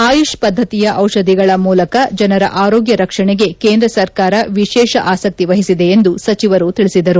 ಆಯುಷ್ ಪದ್ದತಿಯ ಔಷಧಿಗಳ ಮೂಲಕ ಜನರ ಆರೋಗ್ಯ ರಕ್ಷಣೆಗೆ ಕೇಂದ್ರ ಸರ್ಕಾರ ವಿಶೇಷ ಆಸ್ತಿ ವಹಿಸಿದೆ ಎಂದು ಸಚಿವರು ತಿಳಿಸಿದರು